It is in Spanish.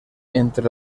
entre